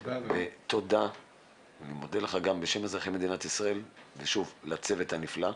אני מודה לך גם בשם אזרחי מדינת ישראל וגם לצוות הנפלא.